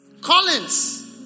Collins